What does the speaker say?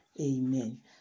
Amen